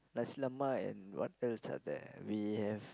nasi-lemak and what else are there we have